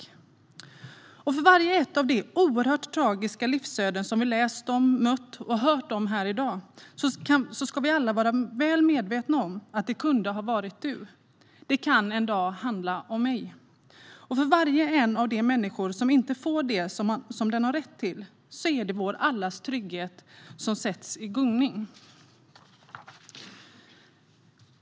Vi ska alla vara väl medvetna om att vart och ett av de tragiska livsöden vi har läst om, mött eller hört om här i dag kunde ha varit ditt eller mitt. Det kan en dag handla om mig. Varje gång en människa inte får det hon har rätt till är det allas vår trygghet som sätts i gungning.